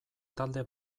talde